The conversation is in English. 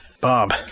Bob